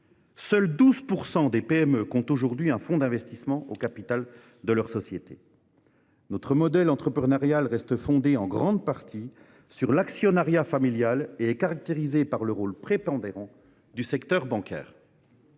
Seulement 12 % des PME comptent aujourd’hui un fonds d’investissement au capital de leur société. Notre modèle entrepreneurial reste fondé, en grande partie, sur l’actionnariat familial et se caractérise par le rôle prépondérant du secteur bancaire.